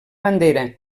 bandera